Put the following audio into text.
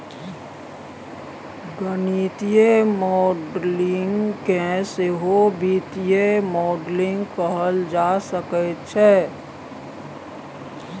गणितीय मॉडलिंग केँ सहो वित्तीय मॉडलिंग कहल जा सकैत छै